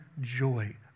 joy